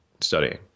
studying